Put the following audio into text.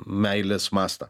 meilės mastą